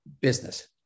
Business